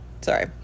Sorry